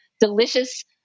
delicious